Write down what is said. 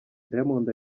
diamond